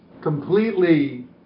completely